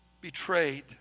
betrayed